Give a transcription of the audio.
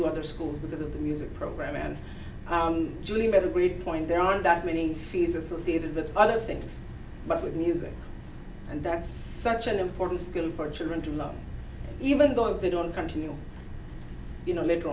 to other schools because of the music program julie made a great point there aren't that many fees associated with other things but with music and that's such an important skill for children to learn even though they don't continue you know later